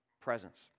presence